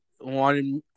wanted